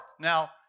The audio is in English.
Now